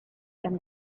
and